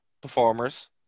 performers